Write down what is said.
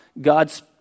God's